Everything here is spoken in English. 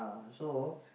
ah so